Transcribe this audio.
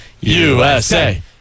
USA